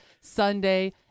Sunday